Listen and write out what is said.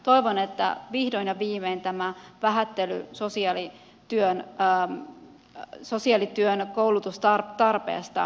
toivon että vihdoin ja viimein tämä vähättely sosiaalityön koulutustarpeesta loppuu